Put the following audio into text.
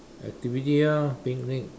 activity ah picnic